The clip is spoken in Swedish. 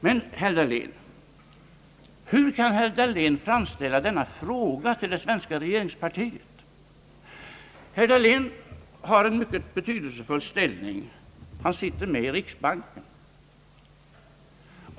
Men, herr Dahlén: Hur kan herr Dahlén framställa denna fråga till det svenska regeringspartiet? Herr Dahlén har en mycket betydelsefull ställning: han sitter med i riksbanksfullmäktige.